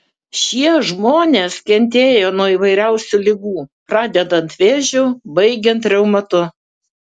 šie žmonės kentėjo nuo įvairiausių ligų pradedant vėžiu baigiant reumatu